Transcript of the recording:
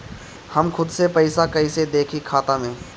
हम खुद से पइसा कईसे देखी खाता में?